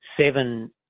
seven